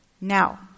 Now